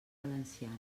valenciana